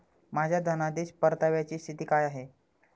माझ्या धनादेश परताव्याची स्थिती काय आहे?